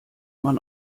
man